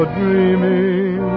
dreaming